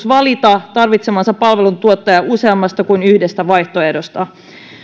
valita tarvitsemansa palveluntuottaja useammasta kuin yhdestä vaihtoehdosta